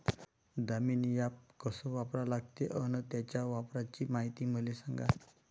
Damini app कस वापरा लागते? अन त्याच्या वापराची मायती मले सांगा